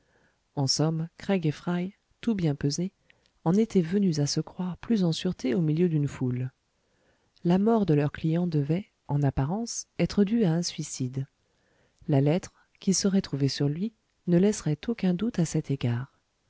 en somme craig et fry tout bien pesé en étaient venus à se croire plus en sûreté au milieu d'une foule la mort de leur client devait en apparence être due à un suicide la lettre qui serait trouvée sur lui ne laisserait aucun doute à cet égard